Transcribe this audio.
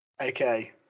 Okay